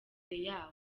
yaho